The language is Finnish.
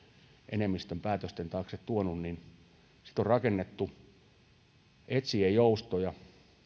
enemmistön päätösten taakse tuonut on sitä rakentanut etsien joustoja